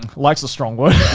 like's a strong word.